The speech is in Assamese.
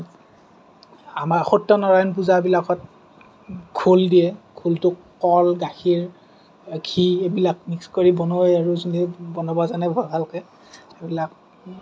আমাৰ সত্যনাৰায়ণ পূজাবিলাকত ঘোল দিয়ে ঘোলটোত কল গাখীৰ ঘি এইবিলাক মিক্স কৰি বনোৱা আৰু যোনে বনাব জানে ভালকে এইবিলাক